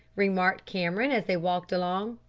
remarked cameron, as they walked along.